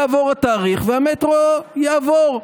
יעבור התאריך והמטרו יעבור.